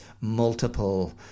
multiple